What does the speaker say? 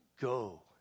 go